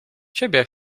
ciebie